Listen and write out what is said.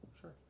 Sure